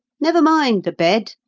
never mind the bed,